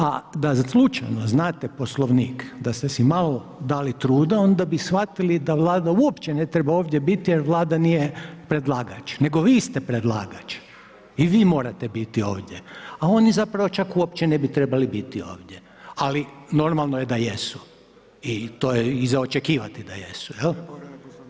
A da slučajno znate Poslovnik, da ste si malo dali truda onda bi svatili da Vlada uopće ne treba ovdje biti jer Vlada nije predlagač, nego vi ste predlagač i vi morate biti ovdje, a oni zapravo čak uopće ne bi trebali biti ovdje, ali normalno je da jesu i to je i za očekivati da jesu jel.